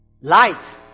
Light